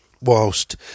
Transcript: Whilst